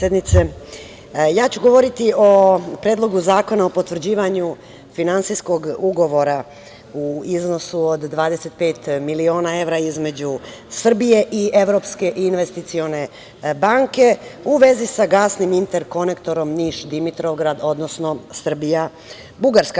Ja ću govoriti o predlogu zakona o potvrđivanju finansijskog ugovora u iznosu od 25 miliona evra između Srbije i Evropske investicione banke, u vezi sa gasnim interkonektorom Niš Dimitrovgrad, odnosno Srbija Bugarska.